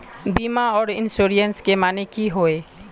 बीमा आर इंश्योरेंस के माने की होय?